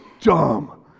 dumb